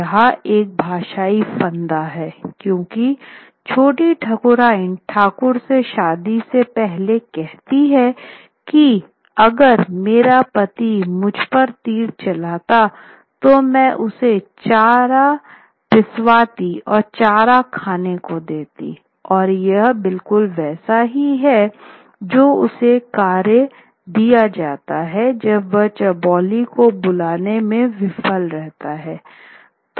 यहाँ एक भाषाई फंदा है क्योंकि छोटी ठाकुरायन ठाकुर से शादी से पहले कहती है की आगर मेरा पति मुझ पर तीर चलाता तो मैं उसे चारा पिसवाती और चारा खाने को देती और यह बिल्कुल वैसा ही है जो उसे कार्य दिया जाता है जब वह चौबोली को बुलवाने में विफल रहता हैं